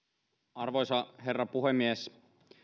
arvoisa herra puhemies